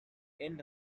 end